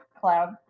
cloud